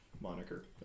moniker